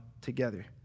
together